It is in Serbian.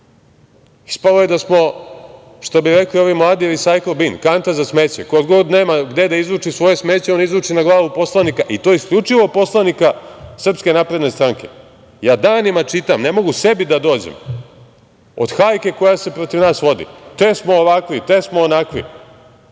Ispalo je da smo, što bi rekli ovi mladi recycle bin, kanta za smeće, ko god nema gde da izruči svoje smeće, on izruči na glavu poslanika i to isključivo poslanika SNS.Ja danima čitam, ne mogu sebi da dođem, od hajke koja se protiv nas vodi, te smo ovakvi, te smo onakvi,